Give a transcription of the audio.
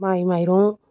माइ माइरं